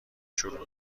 شروع